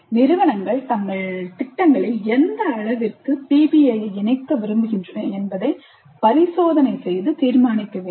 நிறுவனங்கள் தங்கள் திட்டங்களில் எந்த அளவிற்கு PBIஐ இணைக்க விரும்புகின்றன என்பதை பரிசோதனை செய்து தீர்மானிக்க வேண்டும்